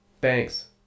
Thanks